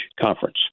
Conference